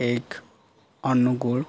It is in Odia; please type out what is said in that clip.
ଏକ ଅନୁଗୋଳ